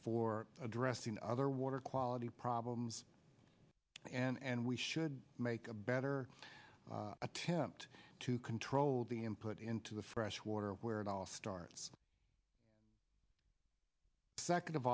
for addressing other water quality problems and we should make a better attempt to control the input into the fresh water where it all starts second of